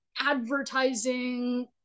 advertising